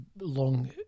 long